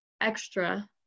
extra